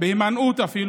אפילו בהימנעות.